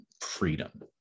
freedom